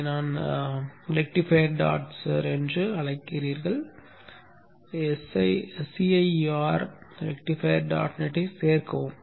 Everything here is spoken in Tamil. நீங்கள் ரெக்டிஃபையர் டாட் சர் என்று அழைக்கிறீர்கள் cir ள் ரெக்டிஃபையர் டாட் நெட்டைச் சேர்க்கவும்